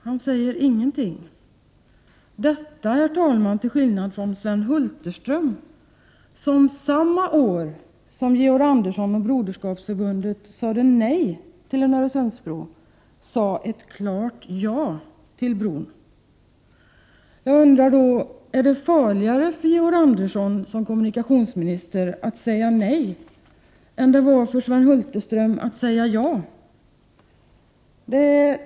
Han säger ingenting, till skillnad från Sven Hulterström, som samma år som Georg Andersson och Broderskapsförbundet sade nej till en Öresundsbro sade ett klart ja till bron. Jag undrar då: Är det farligare för Georg Andersson som kommunikationsminister att säga nej än det var för Sven Hulterström att säga ja?